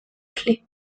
clé